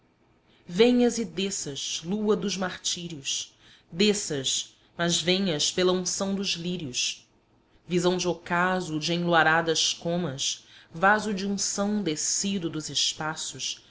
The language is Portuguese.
venhas e desças lua dos martírios desças mas venhas pela unção dos lírios visão de ocaso de anluaradas comas vaso de unção descido dos espaços